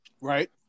Right